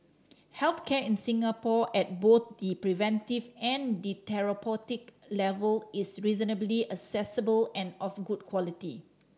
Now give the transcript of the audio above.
health care in Singapore at both the preventive and therapeutic levels is reasonably accessible and of good quality